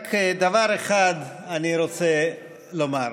רק דבר אחד אני רוצה לומר.